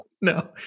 No